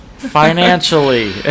financially